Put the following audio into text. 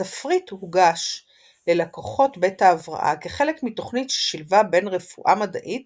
התפריט הוגש ללקוחות בית ההבראה כחלק מתוכנית ששילבה בין רפואה מדעית